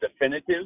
definitive